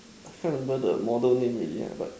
I can't remember the model name already ah but